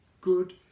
good